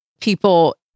people